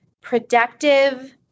productive